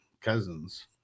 Cousins